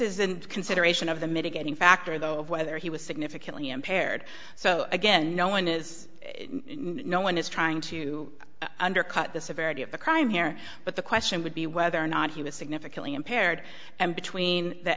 isn't consideration of the mitigating factor though of whether he was significantly impaired so again no one is no one is trying to undercut the severity of the crime here but the question would be whether or not he was significantly impaired and between the